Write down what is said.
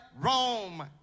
rome